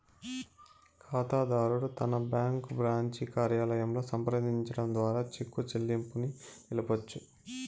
కాతాదారుడు తన bank branch కార్యాలయంలో సంప్రదించడం ద్వారా చెక్కు చెల్లింపుని నిలపొచ్చు